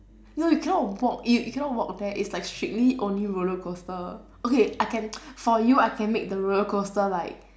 no you cannot walk you cannot walk there it's like strictly only roller coaster okay I can for you I can make the roller coaster like